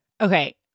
Okay